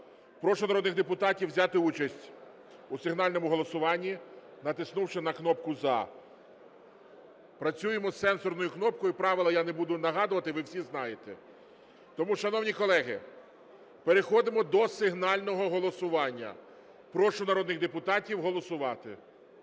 Прошу народних депутатів взяти участь у сигнальному голосуванні, натиснувши на кнопку "за". Працюємо з сенсорною кнопкою, правила я не буду нагадувати, ви всі знаєте. Тому, шановні колеги, переходимо до сигнального голосування. Прошу народних депутатів голосувати.